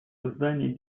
создании